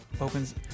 opens